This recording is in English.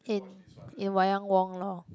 and in Wayang-Wong lor